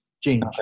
change